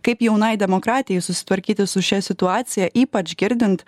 kaip jaunai demokratijai susitvarkyti su šia situacija ypač girdint